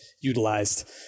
utilized